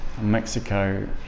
Mexico